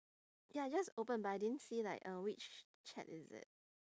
ya just open but I didn't see like uh which chat is it